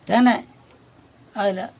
தினை அதில்